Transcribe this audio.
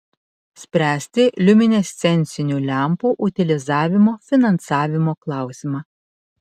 spręsti liuminescencinių lempų utilizavimo finansavimo klausimą